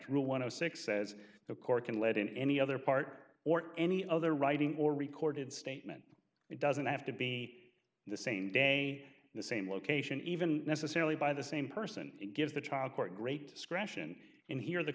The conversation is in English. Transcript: rule one of six says the court can lead in any other part or any other writing or recorded statement it doesn't have to be the same day in the same location even necessarily by the same person it gives the child or great discretion in here the